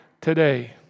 today